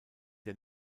der